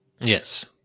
Yes